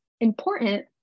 important